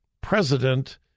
president